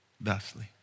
thusly